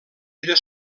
els